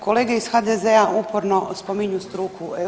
Kolege iz HDZ-a uporno spominju struku.